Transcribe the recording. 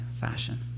fashion